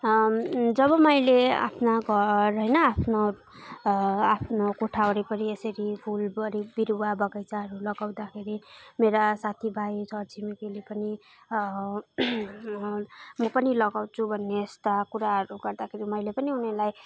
जब मैले आफ्ना घर होइन आफ्नो आफ्नो कोठा वरिपरि यसरी फुलबारी विरुवा बगैँचाहरू लगाउँदाखेरि मेरा साथी भाइ छर छिमेकीले पनि म पनि लगाउँछु भन्ने यस्ता कुराहरू गर्दाखेरि मैले पनि उनीलाई